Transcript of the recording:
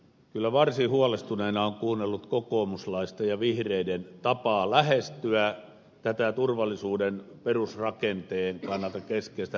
kyllä varsin huolestuneena on kuunnellut kokoomuslaista ja vihreiden tapaa lähestyä tätä turvallisuuden perusrakenteen kannalta keskeistä hätäkeskusjärjestelmää